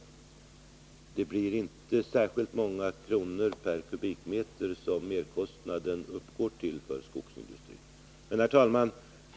Merkostnaden för skogsindustrin skulle inte uppgå till särskilt många kronor per kubikmeter. Herr talman!